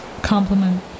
compliment